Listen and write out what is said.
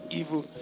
evil